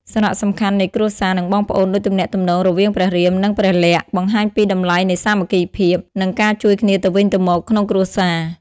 សារៈសំខាន់នៃគ្រួសារ និងបងប្អូនដូចទំនាក់ទំនងរវាងព្រះរាម និងព្រះលក្សណ៍ បង្ហាញពីតម្លៃនៃសាមគ្គីភាព និងការជួយគ្នាទៅវិញទៅមកក្នុងគ្រួសារ ។